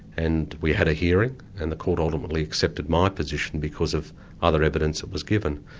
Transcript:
and we had a hearing and the court ultimately accepted my position because of other evidence that was given.